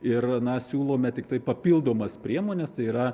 ir na siūlome tiktai papildomas priemones tai yra